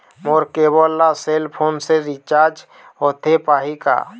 मोर cable ला cell phone से recharge होथे पाही का?